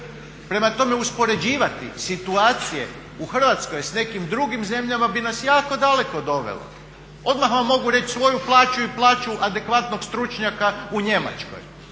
Prema tome uspoređivati situacije u Hrvatskoj s nekim drugim zemljama bi nas jako daleko dovelo. Odmah vam mogu reći svoju plaću i plaću adekvatnog stručnjaka u Njemačkoj.